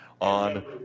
on